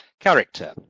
character